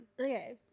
Okay